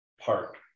park